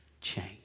change